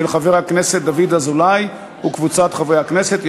של חבר הכנסת דוד אזולאי וקבוצת חברי הכנסת.